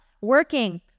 working